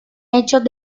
hechos